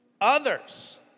others